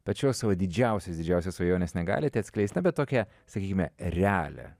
pačios savo didžiausias didžiausias svajones negalite atskleist na bet tokią sakykime realią